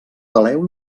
peleu